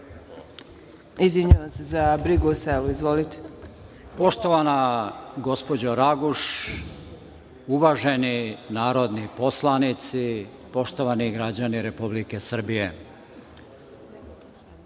Poštovana gospođo Raguš, uvaženi narodni poslanici, poštovani građani Republike Srbije,